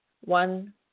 one